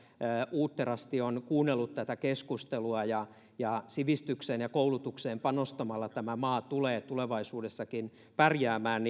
uutterasti on kuunnellut tätä keskustelua ja ja sivistykseen ja koulutukseen panostamalla tämä maa tulee tulevaisuudessakin pärjäämään